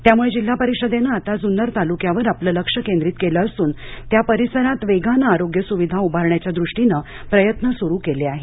त्यामुळे जिल्हा परिषदेनं आता जुन्नर तालुक्यावर आपलं लक्ष केंद्रित केलं असून त्या परिसरात वेगानं आरोग्य सुविधा उभारण्याच्या दृष्टीनं प्रयत्न सुरु केले आहेत